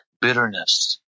bitterness